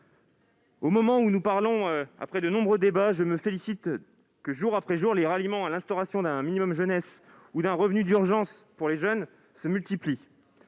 Premier ministre. Après de nombreux débats, je me félicite que, jour après jour, les ralliements à l'instauration d'un minimum jeunesse ou d'un revenu d'urgence pour les jeunes se multiplient.